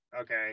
okay